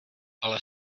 ale